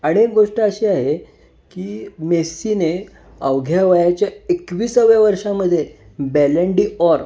आणि एक गोष्ट अशी आहे की मेस्सीने अवघ्या वयाच्या एकवीसाव्या वर्षामध्ये बॅलं डीऑर